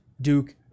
Duke